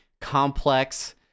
complex